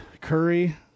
Curry